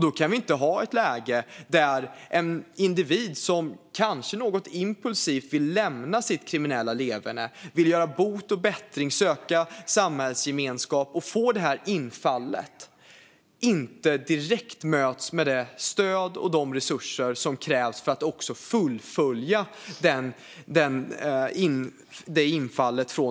Vi kan inte ha ett läge där en individ som, kanske något impulsivt, vill lämna sitt kriminella leverne, göra bot och bättring och söka samhällsgemenskap inte direkt möts med det stöd och de resurser som krävs för att också fullfölja det infallet.